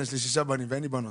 אם מגיע לי את חופשת המחלה